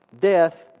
Death